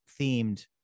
themed